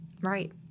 Right